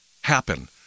happen